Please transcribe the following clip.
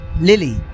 Lily